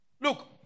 Look